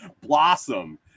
blossom